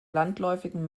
landläufigen